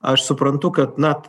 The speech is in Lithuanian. aš suprantu kad na